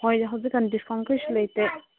ꯍꯣꯏꯗ ꯍꯧꯖꯤꯛ ꯀꯥꯟ ꯗꯤꯁꯀꯥꯎꯟ ꯀꯔꯤꯁꯨ ꯂꯩꯇꯦ